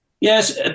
Yes